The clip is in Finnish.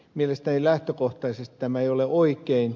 mielestäni lähtökohtaisesti tämä ei ole oikein